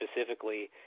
specifically